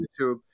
YouTube